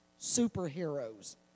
superheroes